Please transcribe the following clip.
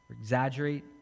exaggerate